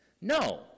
No